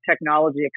technology